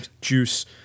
juice